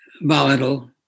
volatile